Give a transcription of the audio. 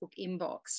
inbox